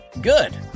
Good